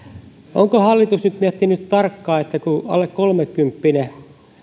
onko hallitus nyt miettinyt tarkkaan kun alle kolmekymppinen